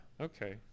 Okay